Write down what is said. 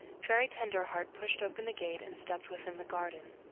fairy tenderheart pushed open the gate and stepped within the garden.